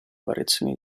variazioni